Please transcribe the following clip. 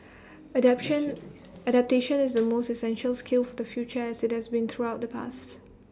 adaption adaptation is the most essential skill for the future as IT has been throughout the past